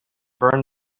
burned